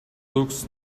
looks